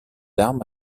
armes